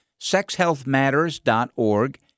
sexhealthmatters.org